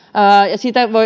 ja sitä